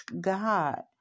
God